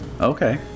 okay